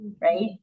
right